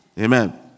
Amen